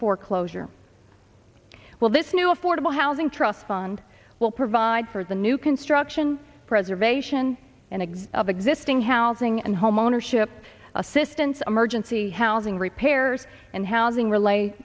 foreclosure well this new affordable housing trust fund will provide for the new construction preservation and eggs of existing housing and homeownership assistance emergency housing repairs and housing rela